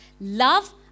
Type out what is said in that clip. love